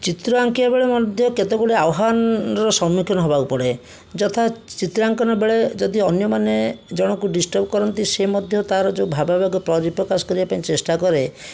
ଚିତ୍ର ଆଙ୍କିବାବେଳେ ମଧ୍ୟ କେତେଗୁଡ଼ିଏ ଆହ୍ୱାନର ସମ୍ମୁଖୀନ ହେବାକୁ ପଡ଼େ ଯଥା ଚିତ୍ରାଙ୍କନବେଳେ ଯଦି ଅନ୍ୟମାନେ ଜଣଙ୍କୁ ଡିଷ୍ଟର୍ବ କରନ୍ତି ସେ ମଧ୍ୟ ତାର ଯେଉଁ ଭାବାବେଗ ପରିପ୍ରକାଶ କରିବା ପାଇଁ ଚେଷ୍ଟା କରେ